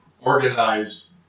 organized